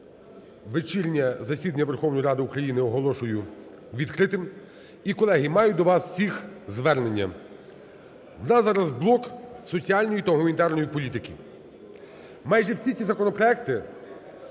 Вечірнє засідання Верховної Ради України оголошую відкритим. І, колеги, маю до вас всіх звернення. В нас зараз блок соціальної та гуманітарної політики. Майже всі ці законопроекти